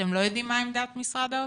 אתם לא יודעים מה עמדת משרד האוצר?